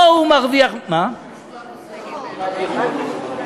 לא הוא מרוויח, בית-משפט עושה לו חקירת יכולת, מה?